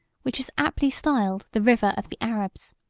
which is aptly styled the river of the arabs.